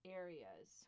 areas